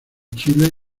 chile